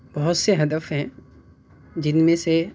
بہت سے ہدف ہیں جن میں سے